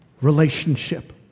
relationship